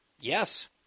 Yes